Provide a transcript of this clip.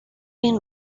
been